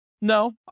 No